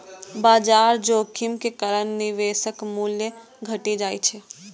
बाजार जोखिम के कारण निवेशक मूल्य घटि जाइ छै